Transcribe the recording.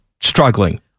struggling